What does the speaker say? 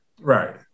Right